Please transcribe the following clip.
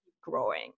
growing